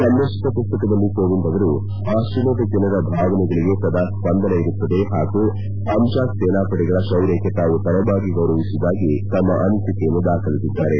ಸಂದರ್ಶಕ ಪುಸ್ತಕದಲ್ಲಿ ಕೋನಿಂದ್ ಅವರು ಆಸ್ಲೇಲಿಯಾದ ಜನರ ಭಾವನೆಗಳಿಗೆ ಸದಾ ಸ್ಲಂದನ ಇರುತ್ತದೆ ಹಾಗೂ ಅಂಜಾಕ್ ಸೇನಾಪಡೆಗಳ ಶೌರ್ಯಕ್ಕೆ ತಾವು ತಲೆಬಾಗಿ ಗೌರವಿಸುವುದಾಗಿ ತಮ್ನ ಅನಿಸಿಕೆಯನ್ನು ದಾಖಲಿಸಿದ್ದಾರೆ